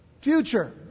future